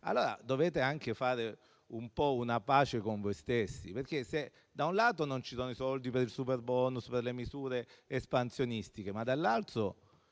PNRR. Dovete anche fare pace con voi stessi, perché se da un lato non ci sono i soldi per il superbonus e per le misure espansionistiche e dall'altro